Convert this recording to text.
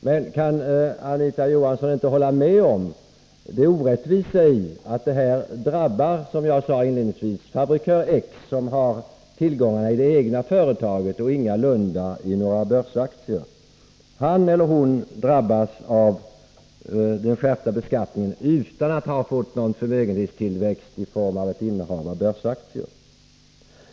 Men kan inte Anita Johansson hålla med om det orättvisa i att, som jag sade inledningsvis, fabrikör X som har tillgångar i det egna företaget men ingalunda i börsaktier drabbas av skatteskärpningen utan att ha fått någon förmögenhetstillväxt i form av innehav av börsaktier?